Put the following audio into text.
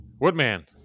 Woodman